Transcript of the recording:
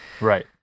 Right